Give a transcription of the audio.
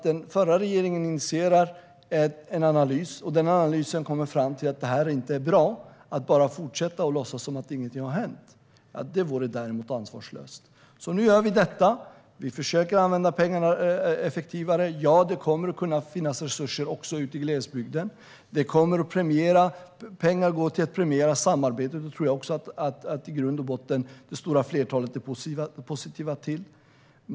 Den förra regeringen initierade en analys där man kom fram till att det inte var bra. Sedan fortsatte man bara och låtsades som att ingenting hade hänt. Att göra så vore däremot ansvarslöst. Nu genomför vi detta. Vi försöker att använda pengarna effektivare. Ja, det kommer att finnas resurser också ute i glesbygden. Pengarna ska gå till att premiera samarbete. Det tror jag också att det stora flertalet i grund och botten är positiva till.